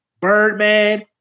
Birdman